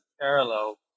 parallel